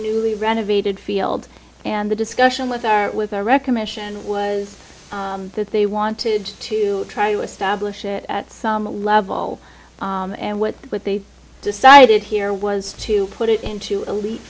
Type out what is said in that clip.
newly renovated field and the discussion with our with our recognition was that they wanted to try to establish it at some level and what they decided here was to put it into elite